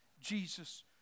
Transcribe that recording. Jesus